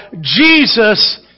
Jesus